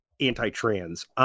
anti-trans